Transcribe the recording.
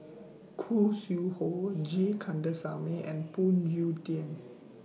Khoo Sui Hoe G Kandasamy and Phoon Yew Tien